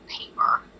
paper